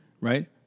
right